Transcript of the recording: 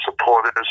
supporters